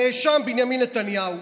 הנאשם בנימין נתניהו,